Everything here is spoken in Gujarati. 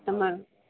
તમાર